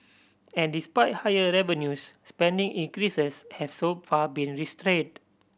and despite higher revenues spending increases has so far been restrained